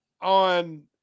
on